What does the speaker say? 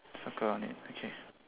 circle on it okay